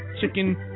chicken